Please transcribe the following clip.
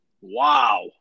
Wow